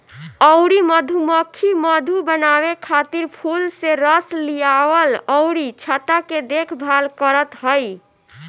अउरी मधुमक्खी मधु बनावे खातिर फूल से रस लियावल अउरी छत्ता के देखभाल करत हई